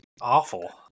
awful